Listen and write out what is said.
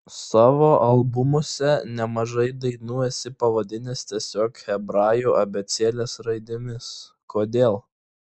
savo albumuose nemažai dainų esi pavadinęs tiesiog hebrajų abėcėlės raidėmis kodėl